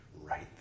right